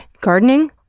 Gardening